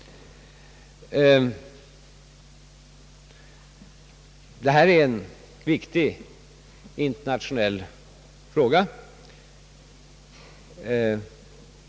Detta är en viktig internationell fråga.